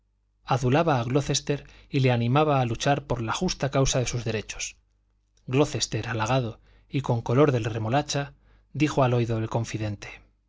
adulaba a glocester y le animaba a luchar por la justa causa de sus derechos glocester halagado y con color de remolacha dijo al oído del confidente